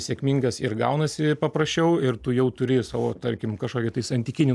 sėkmingas ir gaunasi paprasčiau ir tu jau turi savo tarkim kažkokį tai santykinį